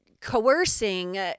coercing